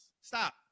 Stop